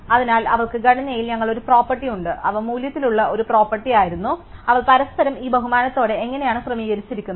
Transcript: അതിനാൽ അവർക്ക് ഘടനയിൽ ഞങ്ങൾക്ക് ഒരു പ്രോപ്പർട്ടി ഉണ്ട് അവ മൂല്യത്തിലുള്ള ഒരു പ്രോപ്പർട്ടി ആയിരുന്നു അതിനാൽ അവർ പരസ്പരം ഈ ബഹുമാനത്തോടെ എങ്ങനെയാണ് ക്രമീകരിച്ചിരിക്കുന്നത്